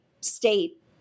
state